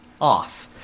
off